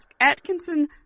atkinson